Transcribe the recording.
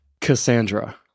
Cassandra